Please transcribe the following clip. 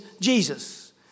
Jesus